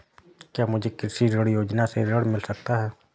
क्या मुझे कृषि ऋण योजना से ऋण मिल सकता है?